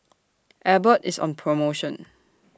Abbott IS on promotion